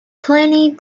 pliny